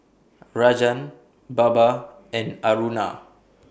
Rajan Baba and Aruna